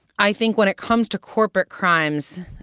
i think when it comes to corporate crimes,